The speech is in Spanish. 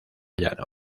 llano